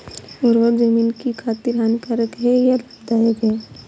उर्वरक ज़मीन की खातिर हानिकारक है या लाभदायक है?